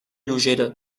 lleugera